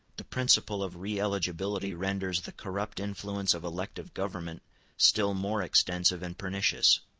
the principle of re-eligibility renders the corrupt influence of elective government still more extensive and pernicious.